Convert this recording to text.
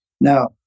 Now